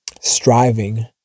striving